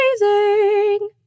Amazing